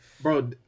Bro